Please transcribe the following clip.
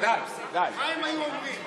מה הם היו אומרים?